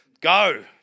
go